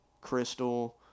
crystal